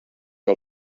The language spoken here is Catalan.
que